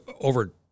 over